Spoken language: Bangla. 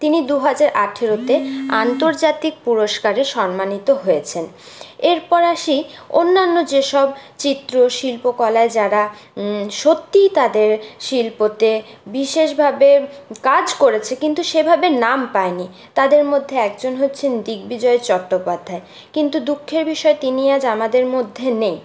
তিনি দুহাজার আঠেরোতে আন্তর্জাতিক পুরস্কারে সম্মানিত হয়েছেন এরপর আসি অন্যান্য যেসব চিত্র শিল্পকলায় যারা সত্যি তাদের শিল্পতে বিশেষভাবে কাজ করেছে কিন্তু সেভাবে নাম পায়নি তাদের মধ্যে একজন হচ্ছেন দিগ্বিজয় চট্টোপাধ্যায় কিন্তু দুঃখের বিষয় তিনি আজ আমাদের মধ্যে নেই